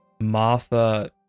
Martha